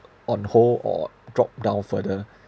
on hold or drop down further